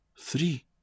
Three